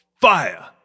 Fire